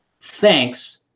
Thanks